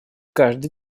каждый